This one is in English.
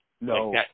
No